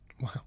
Wow